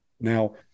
now